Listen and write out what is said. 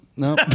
No